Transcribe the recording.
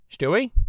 Stewie